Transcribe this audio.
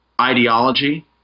ideology